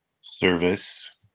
Service